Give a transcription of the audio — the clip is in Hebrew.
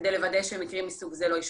כדי לוודא שמקרים מסוג זה לא ישנו.